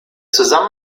zusammen